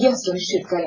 यह सुनिश्चित करें